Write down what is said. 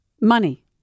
Money